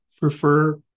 prefer